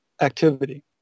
activity